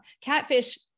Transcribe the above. catfish